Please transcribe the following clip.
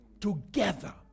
together